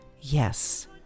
yes